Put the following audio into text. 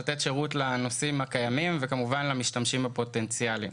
לתת שירות לנוסעים הקיימים וכמובן למשתמשים הפוטנציאלים.